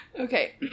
Okay